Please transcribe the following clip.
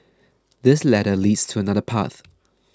this ladder leads to another path